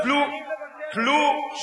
היו לך שלוש